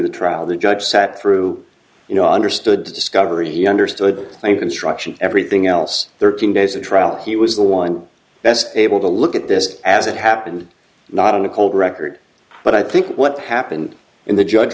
the trial the judge sat through you know understood the discovery he understood thank instruction everything else thirteen days of trial he was the one best able to look at this as it happened not in a cold record but i think what happened in the judge